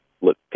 look